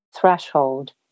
threshold